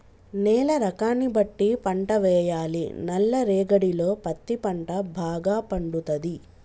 నేల రకాన్ని బట్టి పంట వేయాలి నల్ల రేగడిలో పత్తి పంట భాగ పండుతది